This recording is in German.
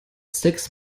sechs